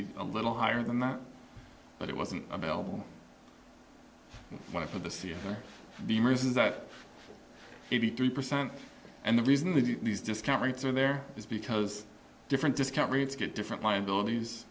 be a little higher than that but it wasn't available for the sienna the reason that eighty three percent and the reason these discount rates are there is because different discount rates get different liabilities